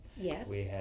Yes